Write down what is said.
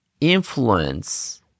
influence